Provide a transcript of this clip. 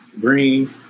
Green